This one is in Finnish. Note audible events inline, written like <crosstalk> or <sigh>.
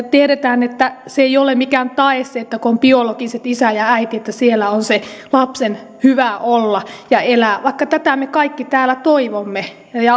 <unintelligible> tiedetään että se ei ole mikään tae että kun on biologiset isä ja äiti siellä on sen lapsen hyvä olla ja elää vaikka tätä me kaikki täällä toivomme